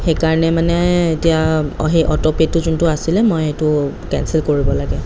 সেইকাৰণে মানে এতিয়া অঁ সেই অটোপে'টো যোনটো আছিলে মই সেইটো কেঞ্চেল কৰিব লাগে